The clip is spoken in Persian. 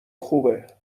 خوبه